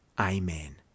Amen